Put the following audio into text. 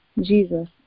Jesus